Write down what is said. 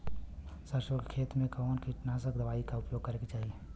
सरसों के खेत में कवने कीटनाशक दवाई क उपयोग करे के चाही?